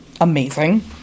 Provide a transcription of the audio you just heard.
amazing